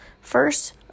First